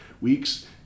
weeks